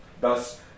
Thus